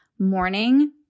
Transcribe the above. Morning